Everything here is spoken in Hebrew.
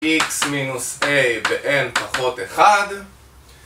x-a ו-n-1